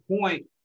point